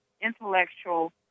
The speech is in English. intellectual